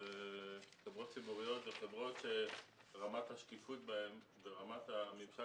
וחברות ציבוריות אלה חברות שרמת השקיפות בהן ורמת הממשל